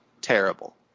terrible